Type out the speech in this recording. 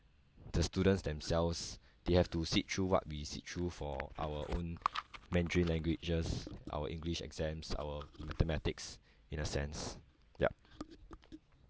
the students themselves they have to sit through what we sit through for our own mandarin languages our english exams our mathematics in a sense yup